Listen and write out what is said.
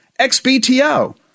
XBTO